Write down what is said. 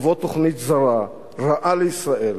תבוא תוכנית זרה רעה לישראל.